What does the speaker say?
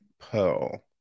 Pearl